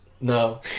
No